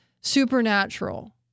supernatural